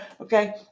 Okay